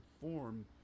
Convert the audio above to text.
form